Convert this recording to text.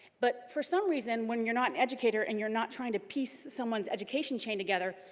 but for some reason, when you're not an educator and you're not trying to piece someone's education chain together,